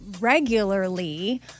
regularly